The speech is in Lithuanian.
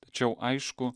tačiau aišku